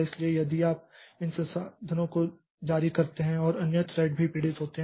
इसलिए यदि आप इस संसाधनों को जारी करते हैं और अन्य थ्रेड भी पीड़ित होते हैं